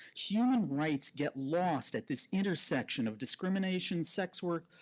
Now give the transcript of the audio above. human rights get lost at this intersection of discrimination, sex work,